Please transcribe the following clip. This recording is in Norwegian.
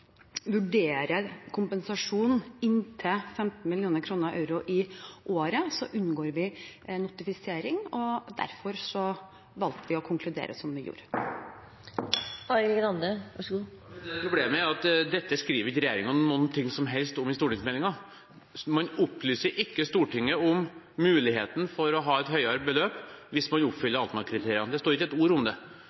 inntil 15 mill. euro i året, unngår vi notifisering, og derfor valgte vi å konkludere som vi gjorde. Problemet er at dette skriver ikke regjeringen noe som helst om i stortingsmeldingen. Man opplyser ikke Stortinget om muligheten for å ha et høyere beløp hvis man oppfyller Altmark-kriteriene. Det står ikke et ord om det.